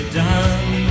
done